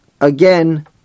Again